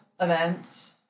events